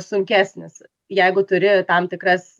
sunkesnis jeigu turi tam tikras